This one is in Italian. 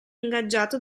ingaggiato